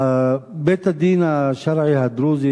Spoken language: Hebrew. בית-הדין השרעי הדרוזי